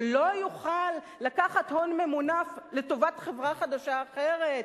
שלא יוכל לקחת הון ממונף לטובת חברה חדשה אחרת,